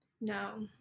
No